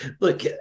look